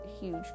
huge